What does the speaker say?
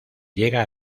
llega